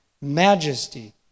majesty